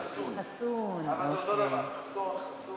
הם אומרים "חסוּן", אבל זה אותו דבר, חסון, חסוּן.